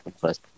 first